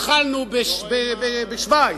התחלנו בשווייץ,